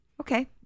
Okay